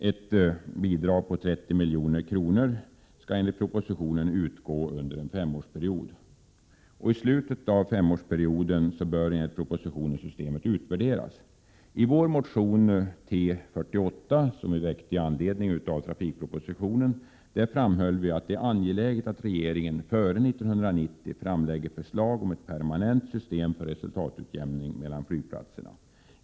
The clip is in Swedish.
Ett bidrag på 30 milj.kr. föreslås utgå under en femårsperiod. I slutet av femårsperioden bör enligt propositionen systemet utvärderas. I motion T48, som vi väckt i anledning av trafikpropositionen, framhöll vi att det är angeläget att regeringen före 1990 framlägger förslag om ett permanent system för resultatutjämning mellan flygplatserna.